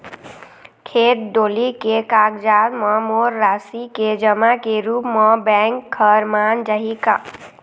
खेत डोली के कागजात म मोर राशि के जमा के रूप म बैंक हर मान जाही का?